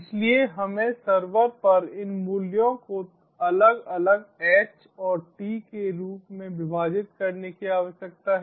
इसलिए हमें सर्वर पर इन मूल्यों को अलग अलग h और t के रूप में विभाजित करने की आवश्यकता है